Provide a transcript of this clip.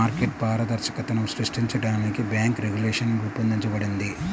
market పారదర్శకతను సృష్టించడానికి bank regulation రూపొందించబడింది